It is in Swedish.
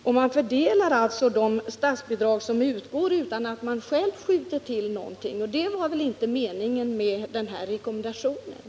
Landstinget fördelar alltså de statsbidrag som utgår utan att självt skjuta till någonting, och det var väl inte meningen med den här rekommendationen.